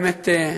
באמת,